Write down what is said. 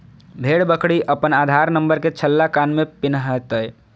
भेड़ बकरी अपन आधार नंबर के छल्ला कान में पिन्हतय